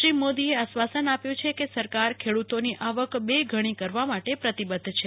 શ્રીમોદીએ આશ્વાસન આપ્યું છ કે સરકાર ખેડૂતોની આવક બે ગણી કરવામાટે પ્રતિબદ્ધ છે